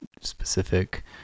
specific